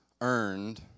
earned